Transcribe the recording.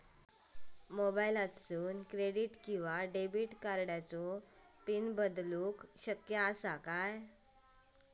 मोबाईलातसून क्रेडिट किवा डेबिट कार्डची पिन बदलना शक्य आसा काय?